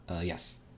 Yes